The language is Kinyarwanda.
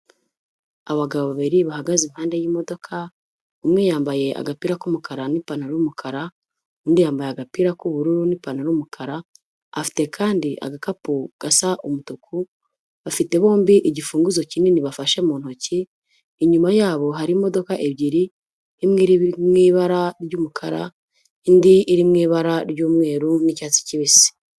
Abagabo babiri bahagaze impande y'imodoka umwe yambaye agapira k'umukara n,ipantaro' y,umukara undi yambaye agapira k'ubururu n'ipantaro y,umukara afite kandi agakapu gasa umutuku bafite bombi igifuzo kinini bafashe mu ntoki inyuma yabo hari imodoka ebyiri imwe iri mu ibara ry'umukara indi iri mu ibara ry'umweru n'icyatsi kibisi.